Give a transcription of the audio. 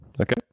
Okay